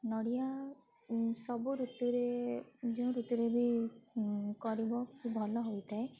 ନଡ଼ିଆ ସବୁ ଋତୁରେ ଯେଉଁ ଋତୁରେ ବି କରିବ ଭଲ ହୋଇଥାଏ